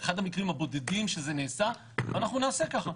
אחד המקרים הבודדים שזה נעשה ואנחנו נעשה ככה.